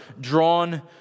drawn